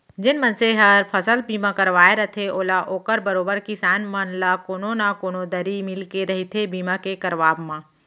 जेन मनसे हर फसल बीमा करवाय रथे ओला ओकर बरोबर किसान मन ल कोनो न कोनो दरी मिलके रहिथे बीमा के करवाब म